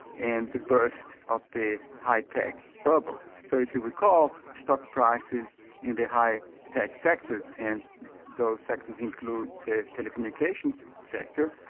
and the burst of the high tech bubble. so if you recall, stock prices in the high tech sectors and those sectors include the telecommunications sector,